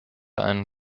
einen